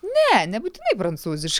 ne nebūtinai prancūziš